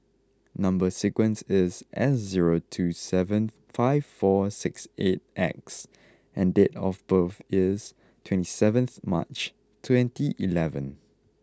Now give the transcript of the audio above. number sequence is S zero two seven five four six eight X and date of birth is twenty seventh March twenty eleven